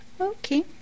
Okay